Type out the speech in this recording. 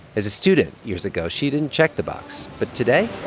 as a student years ago, she didn't check the box. but today.